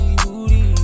booty